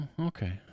Okay